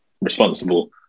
responsible